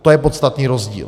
To je podstatný rozdíl.